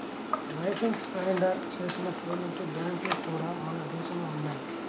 licence surrender చేసిన payment బ్యాంక్లు కూడా మన దేశంలో ఉన్నయ్యి